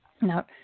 Now